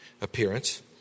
appearance